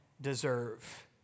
deserve